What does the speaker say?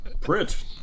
print